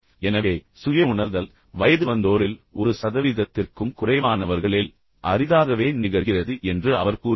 எனவே சுய உணர்தல் வயது வந்தோரில் ஒரு சதவீதத்திற்கும் குறைவானவர்களில் அரிதாகவே நிகழ்கிறது என்று அவர் கூறுகிறார்